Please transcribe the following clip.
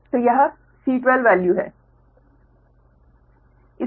तो यह C12 value है